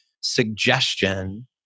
suggestion